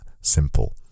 simple